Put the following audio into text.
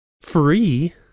Free